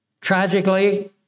Tragically